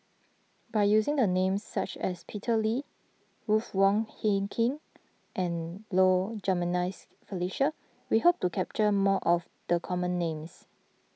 by using names such as Peter Lee Ruth Wong Hie King and Low Jimenez Felicia we hope to capture more of the common names